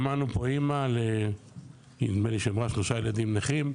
שמענו פה אמא שנדמה לי שהיא אמרה שלושה ילדים נכים,